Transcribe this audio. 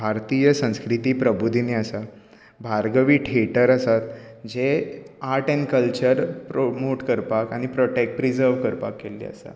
भारतीय संस्कृती प्रबोदीनी आसा भार्गवी थियेटर आसा जे आर्ट एंड कल्चर प्रोमोट करपाक आनी प्रोटेक्ट प्रिसव करपाक केल्ली आसा